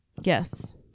Yes